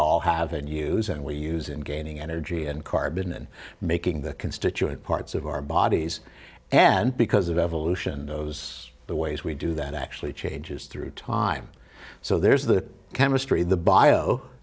all have and use and we use in gaining energy and carbon in making the constituent parts of our bodies and because of evolution the ways we do that actually changes through time so there's the chemistry the bio